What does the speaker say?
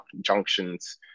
junctions